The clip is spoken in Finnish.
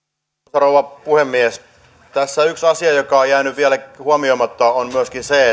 rouva puhemies tässä yksi asia joka on jäänyt vielä huomioimatta on myöskin se